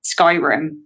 Skyrim